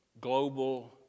global